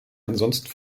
ansonsten